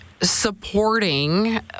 supporting